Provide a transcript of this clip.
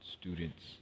Students